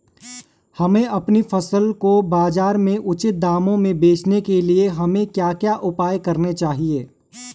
हमें अपनी फसल को बाज़ार में उचित दामों में बेचने के लिए हमें क्या क्या उपाय करने चाहिए?